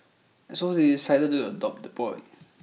and so they decided to adopt the boy